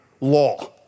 law